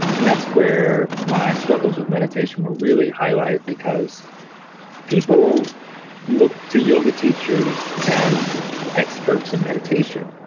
and that's where my struggles with meditation were really highlighted because people look to yoga teachers as experts in meditation,